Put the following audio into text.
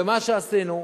ומה שעשינו,